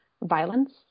Violence